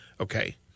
Okay